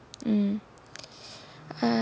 mm uh